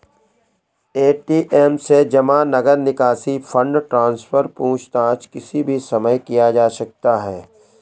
ATM से जमा, नकद निकासी, फण्ड ट्रान्सफर, पूछताछ किसी भी समय किया जा सकता है